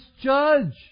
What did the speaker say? judge